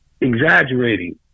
exaggerating